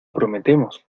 prometemos